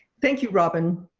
thank you robin,